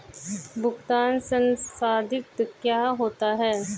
भुगतान संसाधित क्या होता है?